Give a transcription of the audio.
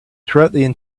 throughout